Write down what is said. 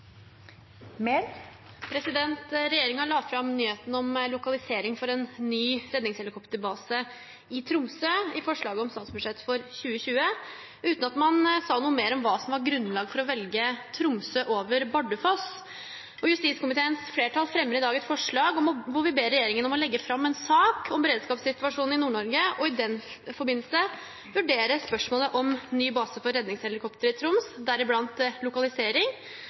mer om hva som var grunnlaget for å velge Tromsø framfor Bardufoss. Justiskomiteens flertall står i dag bak innstillingen hvor vi ber regjeringen om å legge fram en sak om beredskapssituasjonen i Nord-Norge og i den forbindelse vurdere spørsmålet om ny base for redningshelikoptrene i Troms, deriblant lokalisering.